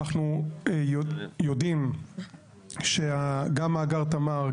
אנחנו יודעים שגם מאגר תמר,